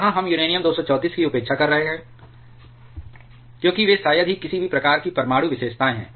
यहां हम यूरेनियम 234 की उपेक्षा कर रहे हैं क्योंकि वे शायद ही किसी भी प्रकार की परमाणु विशेषताएं हैं